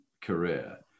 career